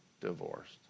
divorced